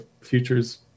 futures